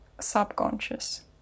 subconscious